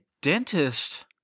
dentist